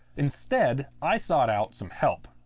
instead i sought out some help.